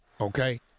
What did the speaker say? okay